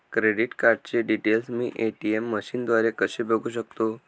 Credit कार्डचे details ATM मशीनद्वारे कसे बघू शकतो?